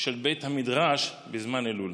של בית המדרש בזמן אלול.